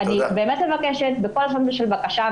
אני באמת מבקשת בכל לשון של בקשה,